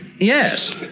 Yes